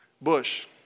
bush